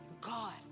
God